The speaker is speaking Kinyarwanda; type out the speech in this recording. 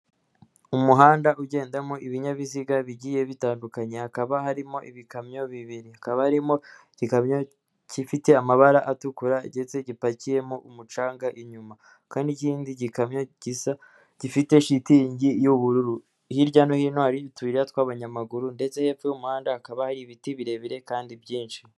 Umuhanda ugendamo ibinyabiziga bigiye bitandukanye, hakaba harimo ibikamyo bibiri, hakaba harimo igikamyo kifite amabara atukura ndetse gipakiyemo umucanga. Inyuma kandi 'n'ikindi gikamyo gifite shitingi y'ubururu, hirya no hino hari utuyira tw'abanyamaguru, ndetse hepfo y'umuhanda hakaba hari ibiti birebire kandi byinshi.